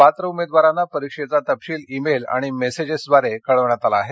पात्र उमेदवारांना परिक्षेचा तपशिल ईमेल आणि मेजेस द्वारे कळवण्यात आला आहे